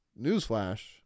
newsflash